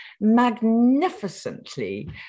magnificently